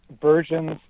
versions